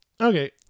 Okay